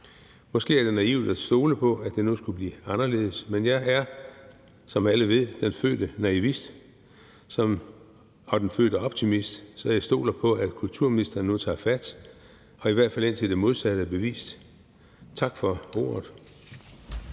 Måske er det naivt at stole på, at det nu skulle blive anderledes, men jeg er, som alle ved, den fødte naivist og den fødte optimist, så jeg stoler på, at kulturministeren nu tager fat, i hvert fald indtil det modsatte er bevist. Tak for ordet.